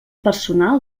personal